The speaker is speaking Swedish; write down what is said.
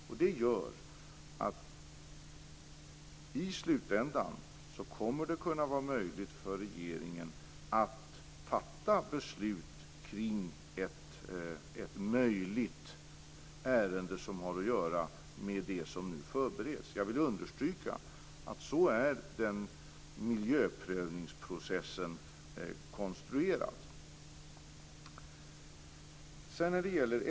Det gör att det i slutändan kommer att kunna vara möjligt för regeringen att fatta beslut kring ett möjligt ärende som har att göra med det som nu förbereds. Jag vill understryka att miljöprövningsprocessen är konstruerad så.